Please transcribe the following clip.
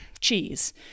cheese